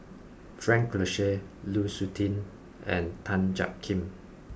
Frank Cloutier Lu Suitin and Tan Jiak Kim